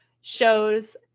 shows